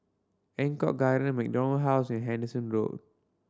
Eng Kong Garden MacDonald House and Henderson Road